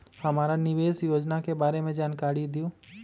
हमरा निवेस योजना के बारे में जानकारी दीउ?